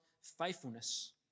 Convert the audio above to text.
faithfulness